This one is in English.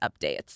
updates